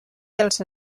dels